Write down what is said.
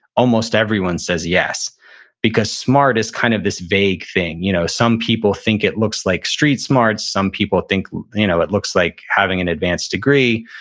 almost everyone says yes because smart is kind of this vague thing. you know some people think it looks like street smart. some people think you know it looks like having an advanced degree.